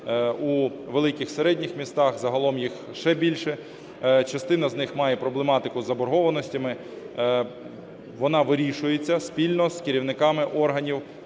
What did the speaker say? у великих і середніх містах, загалом їх ще більше. Частина з них має проблематику з заборгованостями, вона вирішується спільно з керівниками органів